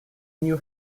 new